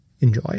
enjoy